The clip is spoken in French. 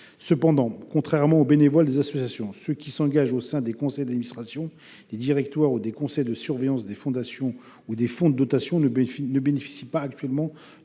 Cependant, contrairement aux bénévoles des associations, ceux qui s’engagent au sein des conseils d’administration, des directoires ou des conseils de surveillance des fondations ou des fonds de dotation ne bénéficient pas de